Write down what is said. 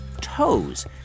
toes